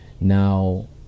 Now